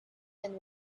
and